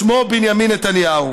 שמו בנימין נתניהו.